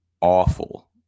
awful